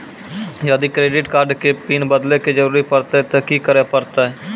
यदि credit card के pin बदले के जरूरी परतै ते की करे परतै?